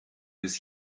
bis